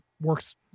works